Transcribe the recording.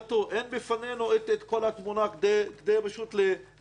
אין בפנינו כל התמונה כדי להתקדם.